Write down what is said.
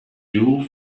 you